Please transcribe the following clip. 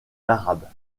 l’arabe